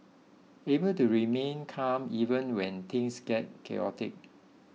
able to remain calm even when things get chaotic